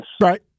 Right